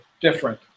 different